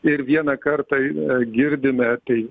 ir vieną kartą girdime tai